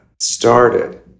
started